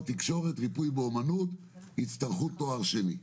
תקשורת וריפוי באומנות יצטרכו תואר שני.